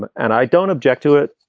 and and i don't object to it.